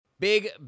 big